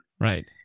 Right